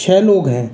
छः लोग हैं